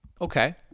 Okay